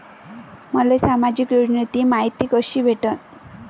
मले सामाजिक योजनेची मायती कशी भेटन?